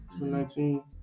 2019